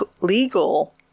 legal